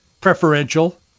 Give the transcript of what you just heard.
preferential